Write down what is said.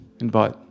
invite